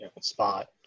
spot